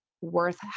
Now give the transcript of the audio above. worth